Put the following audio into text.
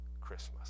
Christmas